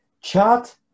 chat